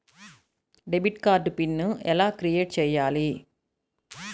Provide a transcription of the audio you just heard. Debit card pin ఎలా create చెయ్యాలి?